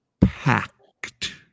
packed